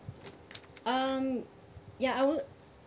um ya I would